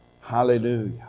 Hallelujah